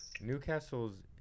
Newcastle's